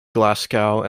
glasgow